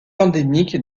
endémique